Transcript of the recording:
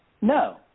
No